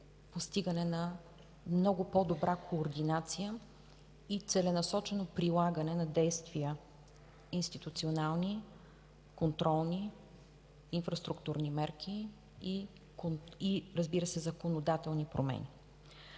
постигане на много по-добра координация и целенасочено прилагане на действия – институционални, контролни, инфраструктурни мерки и законодателни промени.